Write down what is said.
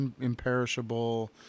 imperishable